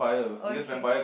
okay